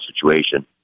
situation